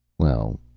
well.